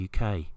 uk